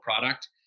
product